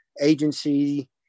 agency